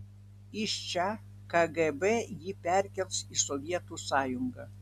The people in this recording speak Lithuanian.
iš čia kgb jį perkels į sovietų sąjungą